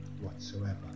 whatsoever